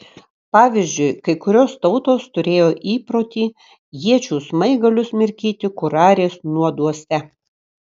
pavyzdžiui kai kurios tautos turėjo įprotį iečių smaigalius mirkyti kurarės nuoduose